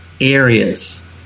areas